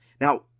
Now